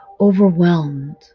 overwhelmed